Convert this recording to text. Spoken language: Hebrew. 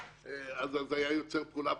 זה היה יוצר פעולה הפוכה,